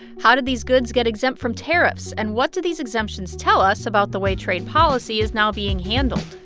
how did these goods get exempt from tariffs, and what do these exemptions tell us about the way trade policy is now being handled?